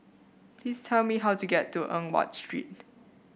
please tell me how to get to Eng Watt Street